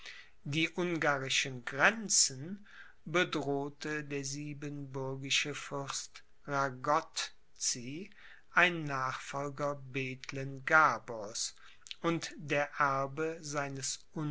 die ungarischen grenzen bedrohte der siebenbürgische fürst ragotzy ein nachfolger bethlen gabors und der erbe seines